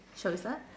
shall we start